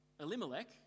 Elimelech